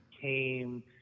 came